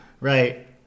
right